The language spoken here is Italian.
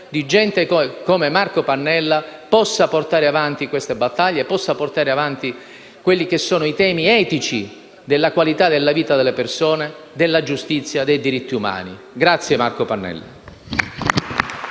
che gente come Marco Pannella possa portare avanti queste battaglie, possa portare avanti i temi etici della qualità della vita delle persone, della giustizia e dei diritti umani. Grazie, Marco Pannella.